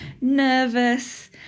nervous